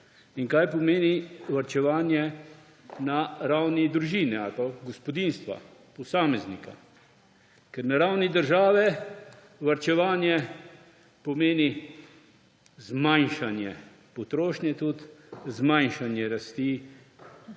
in kaj pomeni varčevanje na ravni družine ali pa gospodinjstva, posameznika, ker na ravni države varčevanje pomeni zmanjšanje potrošnje tudi zmanjšanje rasti